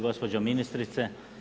Gospođo ministrice.